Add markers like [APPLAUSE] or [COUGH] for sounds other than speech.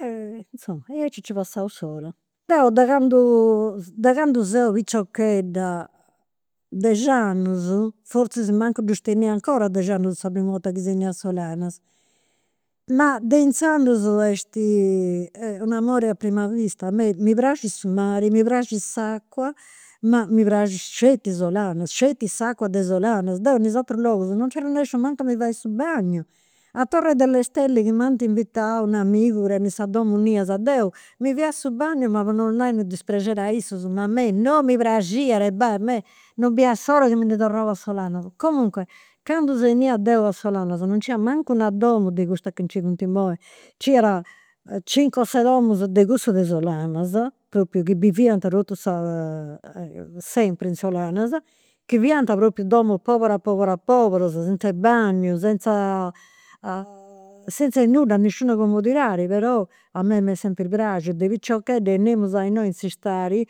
E, insoma, aici nci passaus s'ora. Deu de candu [HESITATION] de candu seu piciochedda, dexi annus, forzis mancu ddus tenia 'ncora dexi annus sa primu 'orta chi seu 'enida a Solanas, ma de inzandus est u' amore a prima vista, a mei mi praxit su mari, mi praxit s'acua, ma mi praxit sceti Solanas, sceti s'acua de Solanas. Deu me in s'aturus logus non nci arrennesciu mancu a mi fai su bagnu. A torre delle stelle, chi m'ant invitau u' amigu chi tenit sa domu innias, deu mi fia su bagnu ma po non 'onai u' [UNINTELLIGIBLE] a issu, ma a mei non mi praxiat e basta. A mei, non biria s'ora chi mi ndi torrau a Solanas. Comunque, candu seu 'enida deu a Solanas non nc'iat mancu una domu de custas chi nci funt imoi. Nc'iat cincu o ses domus de cussus de Solanas, propriu chi biviant totu [HESITATION] sempri in Solanas, chi fiant propriu domus poberas poberas poberas, senz'e bagnu, senz'e [HESITATION] senz'e nudda, nisciuna comodidadi. Però [UNINTELLIGIBLE] sempri praxia, de piciochedda 'enimus a innoi in s'istadi,